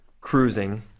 cruising